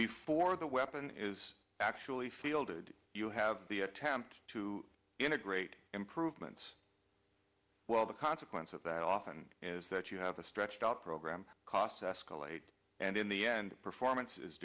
before the weapon is actually fielded you have the attempt to integrate improvements well the consequence of that often is that you have a stretched out program costs escalate and in the end performance